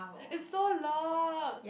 it's so long